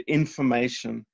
information